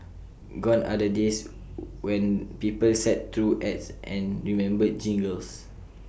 gone are the days when people sat through ads and remembered jingles